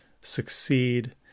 succeed